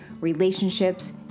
relationships